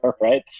right